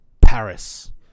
Paris